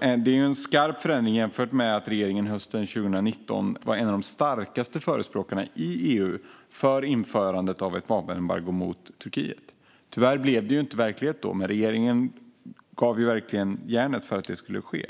Det är en skarp förändring jämfört med att regeringen hösten 2019 var en av de starkaste förespråkarna i EU för införandet av ett vapenembargo mot Turkiet. Tyvärr blev det inte verklighet då, men regeringen gav verkligen järnet för att det skulle ske.